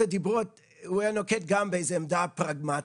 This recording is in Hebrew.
הדיברות הוא היה נוקט גם באיזושהי עמדה פרגמטית.